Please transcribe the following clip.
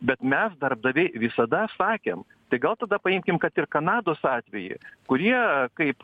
bet mes darbdaviai visada sakėm tai gal tada paimkim kad ir kanados atvejį kurie kaip